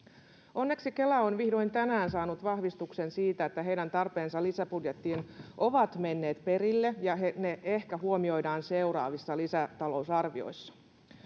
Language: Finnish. onneksi kela on vihdoin tänään saanut vahvistuksen siitä että heidän tarpeensa lisäbudjettiin ovat menneet perille ja ne ehkä huomioidaan seuraavissa lisätalousarvioissa